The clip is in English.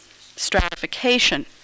stratification